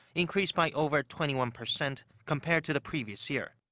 increased by over twenty one percent compared to the previous year.